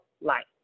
life